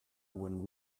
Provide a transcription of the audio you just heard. when